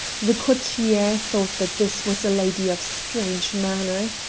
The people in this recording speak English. the cocchiere thought that this was a lady of strange manner.